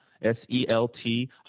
S-E-L-T